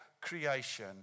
creation